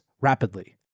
rapidly